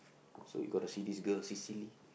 so you got to see this girl Sicily